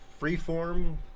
freeform